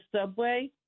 subway